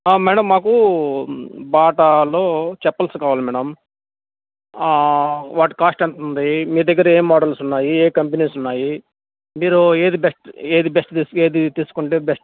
madam మాకు బాటాలో చెప్పల్స్ కావాలి మేడమ్ వాటి కాస్ట్ ఎంత ఉంది మీ దగ్గర ఏం మోడల్స్ ఉన్నాయి ఏ కంపెనీస్ ఉన్నాయి మీరు ఏది బెస్ట్ ఏది బెస్ట్ ఏది తీసుకుంటే బెస్ట్